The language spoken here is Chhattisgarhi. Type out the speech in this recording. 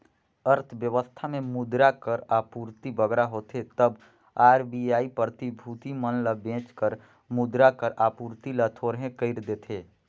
अर्थबेवस्था में मुद्रा कर आपूरति बगरा होथे तब आर.बी.आई प्रतिभूति मन ल बेंच कर मुद्रा कर आपूरति ल थोरहें कइर देथे